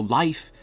life